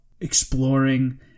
exploring